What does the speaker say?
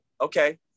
okay